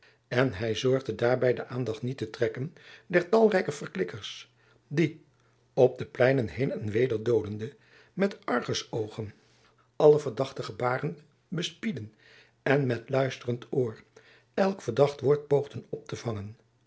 en hy zorgde daarby de aandacht niet te trekken der talrijke verklikkers die op de pleinen heen en weder doolende met argus oogen alle verdachte gebaren bespiedden en met luisterend oor elk verdacht woord poogden op te vangen